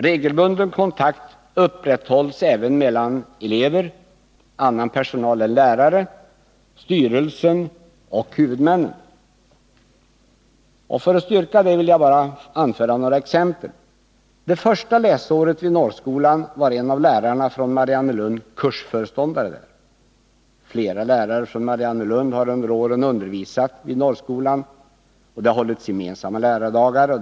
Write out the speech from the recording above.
Regelbunden kontakt upprätthålls även mellan elever, annan personal än lärare, styrelsen och huvudmännen. För att styrka detta vill jag anföra några exempel. Under det första läsåret vid Norrskolan var en av lärarna från Mariannelund kursföreståndare där. Flera lärare från Mariannelund har under åren undervisat vid Norrskolan. Det har hållits gemensamma lärardagar.